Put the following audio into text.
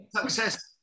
Success